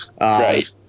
Right